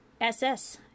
SS